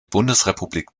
bundesrepublik